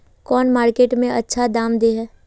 कौन मार्केट में अच्छा दाम दे है?